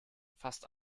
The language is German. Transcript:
fast